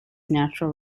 natural